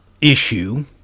issue